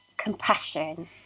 compassion